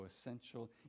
essential